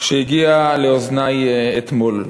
שהגיעה לאוזני אתמול.